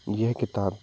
यह किताब